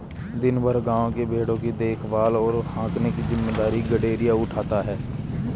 दिन भर गाँव के भेंड़ों की देखभाल और हाँकने की जिम्मेदारी गरेड़िया उठाता है